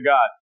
God